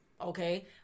okay